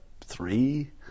three